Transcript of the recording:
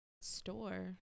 store